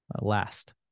last